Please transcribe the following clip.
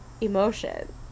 emotion